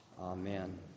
Amen